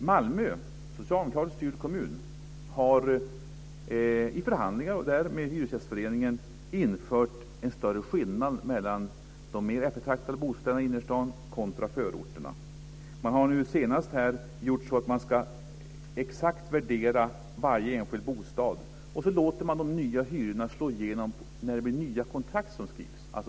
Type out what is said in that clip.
Malmö, som är en socialdemokratiskt styrd kommun, har i förhandlingar med hyresgästföreningen infört en större skillnad mellan de mer eftertraktade bostäderna i innerstaden och dem i förorterna. Man kommer att exakt värdera varje enskild bostad, och man kommer att låta de nya hyrorna slå igenom när det skrivs nya kontrakt.